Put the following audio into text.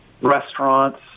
restaurants